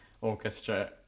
orchestra